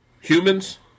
Humans